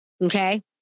Okay